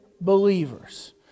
believers